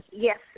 Yes